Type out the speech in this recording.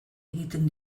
egiten